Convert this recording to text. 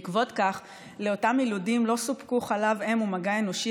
בעקבות כך לאותם יילודים לא סופקו חלב אם ומגע אנושי,